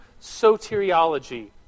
soteriology